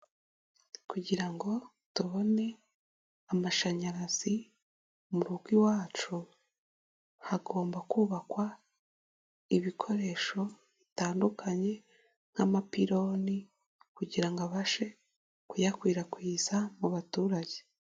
Kugira ngo tubone amashanyarazi mu rugo iwacu hagomba kubakwa ibikoresho bitandukanye nk'amapironi kugira ngo abashe kuyakwirakwiza mu baturage.